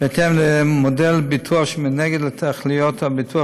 בהתאם למודל ביטוח שמנוגד לתכלית הביטוח